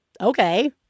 okay